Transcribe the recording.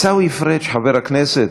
עיסאווי פריג', חבר הכנסת,